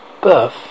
birth